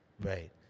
Right